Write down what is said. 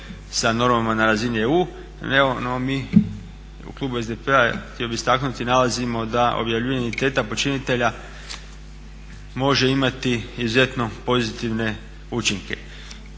sa normama na razini EU, no mi u klubu SDP-a htio bih istaknuti nalazimo da objavljivanje identiteta počinitelja može imati izuzetno pozitivne učinke.